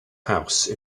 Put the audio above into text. house